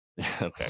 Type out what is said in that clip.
Okay